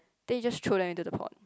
then you just throw them into the pot